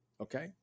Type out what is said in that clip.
okay